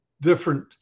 different